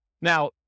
Now